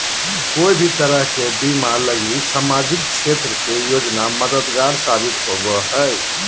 कोय भी तरह के बीमा लगी सामाजिक क्षेत्र के योजना मददगार साबित होवो हय